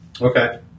Okay